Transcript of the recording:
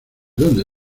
donde